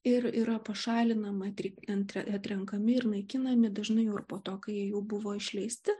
ir yra pašalinama atri atrenkami ir naikinami dažnai po to kai jau buvo išleisti